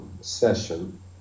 session